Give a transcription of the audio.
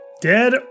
dead